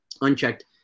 unchecked